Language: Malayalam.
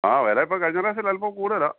ആ വില ഇപ്പോൾ കഴിഞ്ഞ പ്രാവശ്യം അൽപ്പം കൂടുതലാണ്